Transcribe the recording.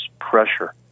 pressure